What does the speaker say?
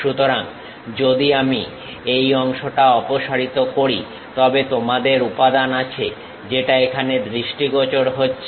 সুতরাং যদি আমি এই অংশটা অপসারিত করি তবে তোমাদের উপাদান আছে যেটা এখানে দৃষ্টিগোচর হচ্ছে